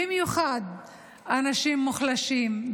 במיוחד אנשים מוחלשים,